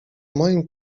moim